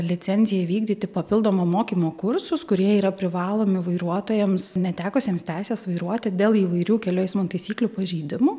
licenciją vykdyti papildomo mokymo kursus kurie yra privalomi vairuotojams netekusiems teisės vairuoti dėl įvairių kelių eismo taisyklių pažeidimų